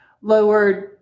lowered